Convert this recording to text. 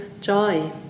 joy